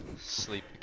Sleep